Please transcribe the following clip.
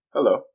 Hello